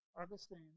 Augustine